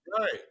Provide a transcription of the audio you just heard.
right